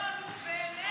מי בעד?